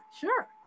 sure